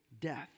death